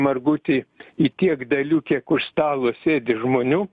margutį į tiek dalių kiek už stalo sėdi žmonių